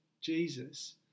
Jesus